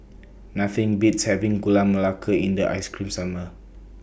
Nothing Beats having Gula Melaka in The Ice Cream Summer